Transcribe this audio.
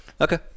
Okay